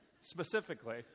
specifically